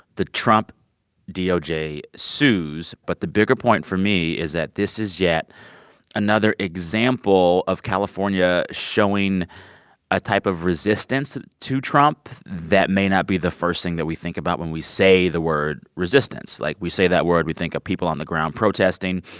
the trump doj sues. but the bigger point for me is that this is yet another example of california showing a type of resistance to to trump that may not be the first thing that we think about when we say the word resistance. like, we say that word. we think of people on the ground protesting.